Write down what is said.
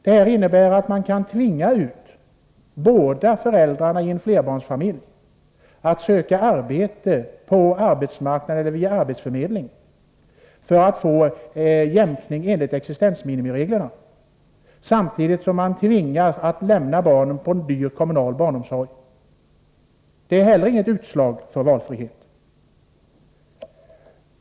Detta innebär att man kan tvinga ut båda föräldrarna i en flerbarnsfamilj att söka arbete på arbetsmarknaden eller via en arbetsförmedling, för att de skall få jämkning enligt existensminimireglerna, samtidigt som man kan tvinga föräldrarna att lämna sina barn till dyr kommunal barnomsorg. Detta är heller inget utslag av valfrihet.